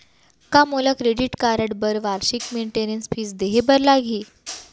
का मोला credit card बर वार्षिक मेंटेनेंस फीस देहे बर लागही?